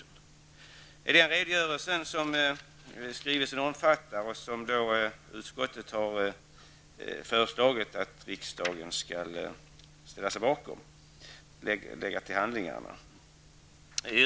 Utskottet har föreslagit att riksdagen skall ställa sig bakom den redogörelse som görs i skrivelsen och lägga den till handlingarna.